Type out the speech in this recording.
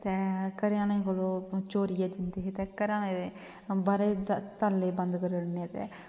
ते घरें आह्लें कोला चोरिया जंदे हे ते घरा दे बाह्रा दा ताले बंद करी ओड़ने ते